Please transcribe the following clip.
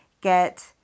get